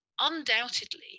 undoubtedly